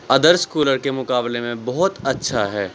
ادرس cooler کے مقابلہ میں بہت اچھا ہے